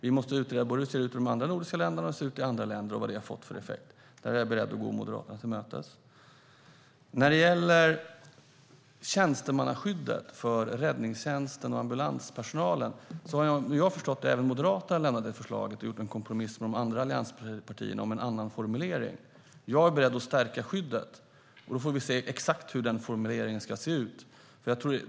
Vi måste utreda hur det ser ut i de andra nordiska länderna och i andra länder och vilka effekter det har fått. Där är jag beredd att gå moderaterna till mötes. När det gäller tjänstemannaskyddet för räddningstjänsten och ambulanspersonalen har, om jag förstått det rätt, även Moderaterna lämnat det förslaget och gjort en kompromiss med de andra allianspartierna om en annan formulering. Jag är beredd att stärka skyddet. Då får vi se exakt hur den formuleringen ska se ut.